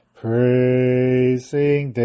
praising